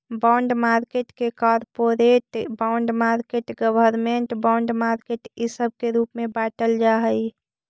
bond market के corporate bond market government bond market इ सब के रूप में बाटल जा हई